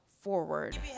forward